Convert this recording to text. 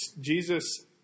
Jesus